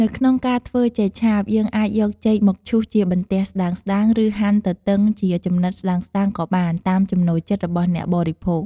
នៅក្នុងការធ្វើចេកឆាប យើងអាចយកចេកមកឈូសជាបន្ទះស្ដើងៗ ឬហាន់ទទឹងជាចំណិតស្ដើងៗក៏បាន តាមចំណូលចិត្តរបស់អ្នកបរិភោគ។